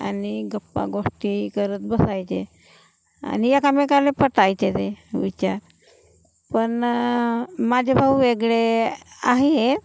आणि गप्पा गोष्टी करत बसायचे आणि एकामेकाला पटायचे ते विचार पण माझे भाऊ वेगळे आहेत